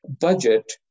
budget